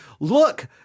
Look